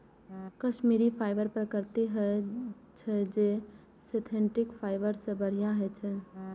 Kashmiri fibre प्राकृतिक होइ छै, जे सिंथेटिक फाइबर सं बढ़िया होइ छै